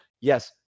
yes